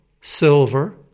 silver